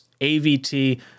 avt